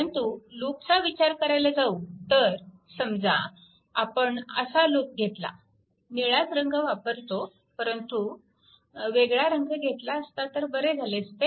परंतु लुपचा विचार करायला जाऊ तर समजा आपण असा लूप घेतला निळाच रंग वापरतो परंतु वेगळा रंग घेतला तर बरे झाले असते